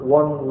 one